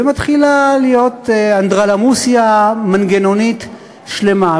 ומתחילה להיות אנדרלמוסיה מנגנונית שלמה.